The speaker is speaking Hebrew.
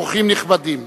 אורחים נכבדים,